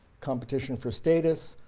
competition for status,